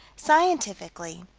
scientifically,